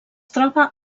troba